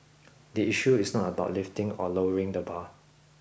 the issue is not about lifting or lowering the bar